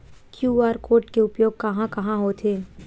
QR code के उपयोग कहां कहां होथे?